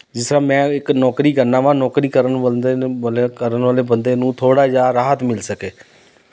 ਜਿਸ ਤਰ੍ਹਾਂ ਮੈਂ ਇੱਕ ਨੌਕਰੀ ਕਰਨਾ ਵਾਂ ਨੌਕਰੀ ਕਰਨ ਬੰਦੇ ਨੂੰ ਕਰਨ ਵਾਲੇ ਬੰਦੇ ਨੂੰ ਥੋੜ੍ਹਾ ਜਿਹਾ ਰਾਹਤ ਮਿਲ ਸਕੇ